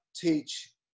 teach